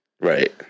Right